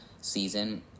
season